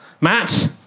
Matt